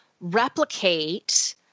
replicate